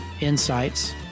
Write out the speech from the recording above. insights